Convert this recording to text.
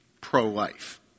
pro-life